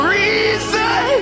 reason